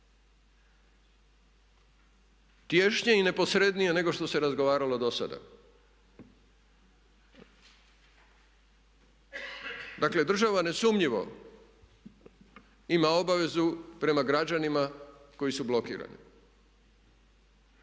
Tješnje i neposrednije nego što se razgovaralo dosada. Dakle, država nesumnjivo ima obavezu prema građanima koji su blokirani.